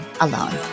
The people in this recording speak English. alone